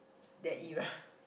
that you are